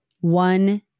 one